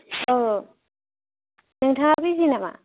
औ नोंथाङा बिजि नामा